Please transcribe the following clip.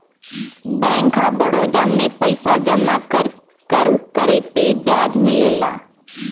bank of Baroda में पइसा जमा करे पे ब्याज मिलला